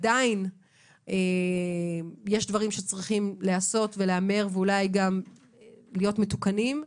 עדיין יש דברים שצריכים להיעשות ולהיאמר ואולי גם להיות מתוקנים,